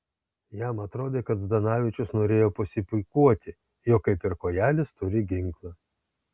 jam atrodė kad zdanavičius norėjo pasipuikuoti jog kaip ir kojelis turi ginklą